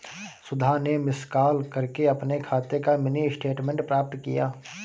सुधा ने miss call करके अपने खाते का मिनी स्टेटमेंट प्राप्त किया